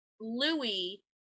Louis